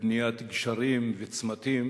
בבניית גשרים וצמתים,